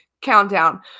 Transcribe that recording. countdown